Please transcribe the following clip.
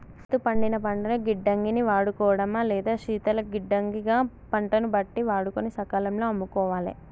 రైతు పండిన పంటను గిడ్డంగి ని వాడుకోడమా లేదా శీతల గిడ్డంగి గ పంటను బట్టి వాడుకొని సకాలం లో అమ్ముకోవాలె